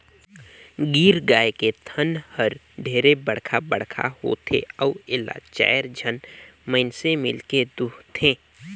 गीर गाय के थन हर ढेरे बड़खा बड़खा होथे अउ एला चायर झन मइनसे मिलके दुहथे